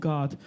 God